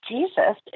Jesus